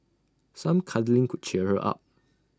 some cuddling could cheer her up